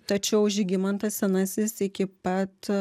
tačiau žygimantas senasis iki pat